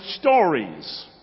stories